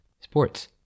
sports